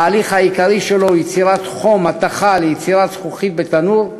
ההליך העיקרי שלו הוא יצירת חום התכה ליצירת זכוכית בתנור.